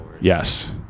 Yes